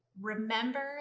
remember